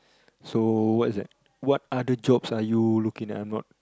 so what is that what other jobs are you looking I'm not